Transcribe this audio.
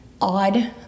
odd